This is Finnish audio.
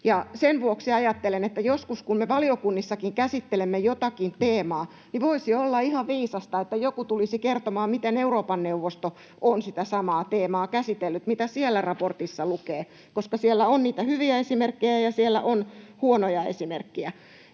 sen vuoksi ajattelen, että joskus, kun me valiokunnissakin käsittelemme jotakin teemaa, voisi olla ihan viisasta, että joku tulisi kertomaan, miten Euroopan neuvosto on sitä samaa teemaa käsitellyt, mitä siellä raportissa lukee, koska siellä on niitä hyviä esimerkkejä ja siellä on huonoja esimerkkejä.